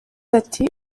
ati